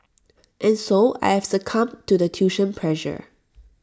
and so I have succumbed to the tuition pressure